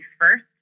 first